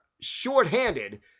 shorthanded